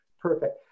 Perfect